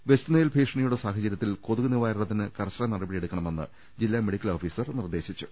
west Nile ഭീഷണിയുടെ സാഹചരൃത്തിൽ കൊതുക് നിവാരണത്തിന് കർശന നടപടിയെടുക്കണമെന്ന് ജില്ലാ മെഡിക്കൽ ഓഫീസർ നിർദ്ദേശിച്ചു